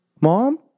Mom